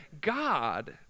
God